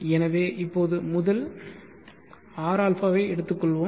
எனவே இப்போது முதல் rα எடுத்துக்கொள்வோம்